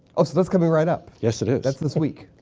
oh, so that's coming right up. yes, it is. that's this week.